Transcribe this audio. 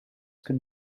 can